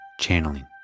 Channeling